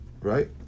Right